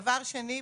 דבר שני,